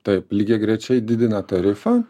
taip lygiagrečiai didina tarifą